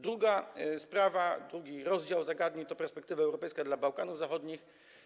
Druga sprawa, drugi rozdział zagadnień to perspektywa europejska dla Bałkanów Zachodnich.